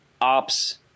ops